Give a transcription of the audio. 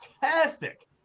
fantastic